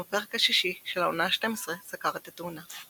גם הפרק השישי של העונה ה-12 סקר את התאונה.